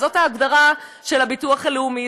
זאת ההגדרה של הביטוח הלאומי,